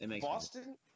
Boston